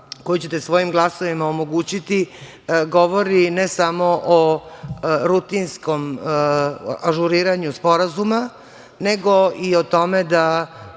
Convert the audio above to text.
koju ćete svojim glasovima omogućiti govori ne samo o rutinskom ažuriranju sporazuma, nego i o tome da